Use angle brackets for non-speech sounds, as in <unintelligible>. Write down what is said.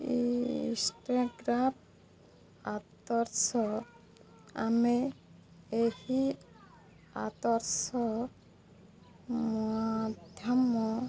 Instagram <unintelligible> ଆମେ ଏହି <unintelligible> ମାଧ୍ୟମ